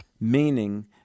meaning